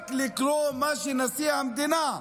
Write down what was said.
רק לקרוא מה שנשיא המדינה,